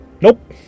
Nope